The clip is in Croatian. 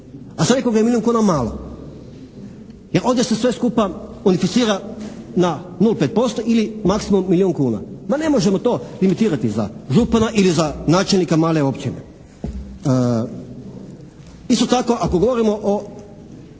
a za nekoga je milijun kuna malo. Jer ovdje se sve skupa unificira na 0,5% ili maksimum milijun kuna. Ma ne možemo to unificirati za župana ili za načelnika male općine. Isto tako ako govorimo o